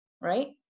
right